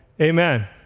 amen